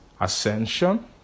ascension